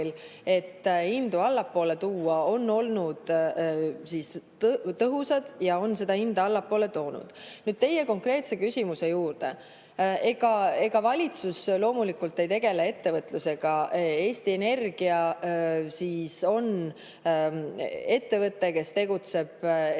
et hindu allapoole tuua, on olnud tõhusad ja on seda hinda allapoole toonud. Nüüd teie konkreetse küsimuse juurde. Valitsus loomulikult ei tegele ettevõtlusega. Eesti Energia on ettevõte, kes tegutseb energiaturul